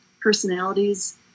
personalities